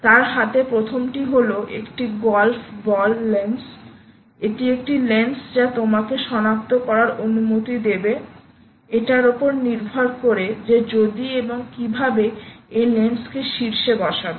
তার হাতে প্রথমটি হল একটি গল্ফ বল লেন্স এটি একটি লেন্স যা তোমাকে সনাক্ত করার অনুমতি দেবে এটার ওপর নির্ভর করে যে যদি এবং কীভাবে এই লেন্স কে শীর্ষে বসাবে